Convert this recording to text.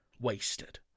wasted